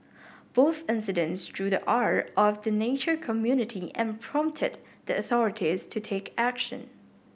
both incidents drew the ire of the nature community and prompted the authorities to take action